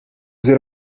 ser